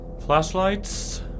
Flashlights